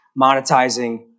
monetizing